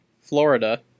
Florida